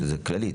שזה כללית,